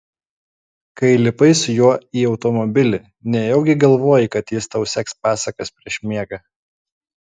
kai lipai su juo į automobilį nejaugi galvojai kad jis tau seks pasakas prieš miegą